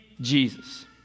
Jesus